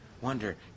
wonder